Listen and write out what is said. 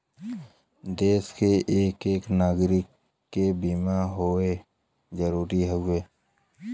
देस के एक एक नागरीक के बीमा होए जरूरी हउवे